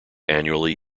annually